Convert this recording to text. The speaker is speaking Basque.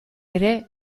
ere